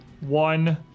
one